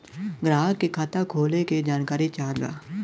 ग्राहक के खाता खोले के जानकारी चाहत बा?